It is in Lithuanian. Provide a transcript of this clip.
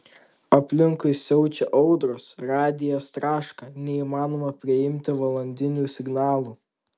aplinkui siaučia audros radijas traška neįmanoma priimti valandinių signalų